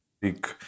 big